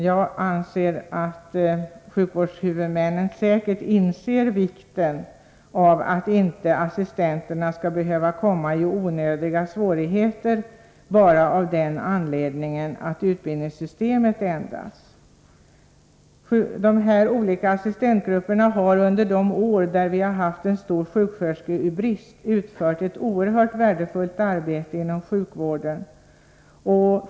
Jag anser att sjukvårdshuvudmännen säkert inser vikten av att assistenterna inte skall behöva komma i onödiga svårigheter bara av den anledningen att utbildningssystemet ändras. De här olika assistentgrupperna har under de år då vi har haft en stor sjuksköterskebrist utfört ett oerhört värdefullt arbete inom sjukvården.